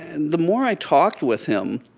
and the more i talked with him,